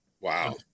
Wow